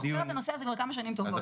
אני חוקרת את הנושא הזה כבר כמה שנים טובות.